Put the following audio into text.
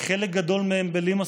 וחלק גדול מהם בלי מסכות,